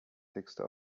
texte